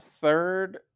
third